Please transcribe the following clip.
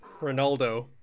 Ronaldo